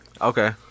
Okay